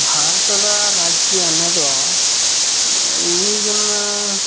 ಭಾರತದ ರಾಜಕೀಯ ಅನ್ನೋದು ಈಗಿನ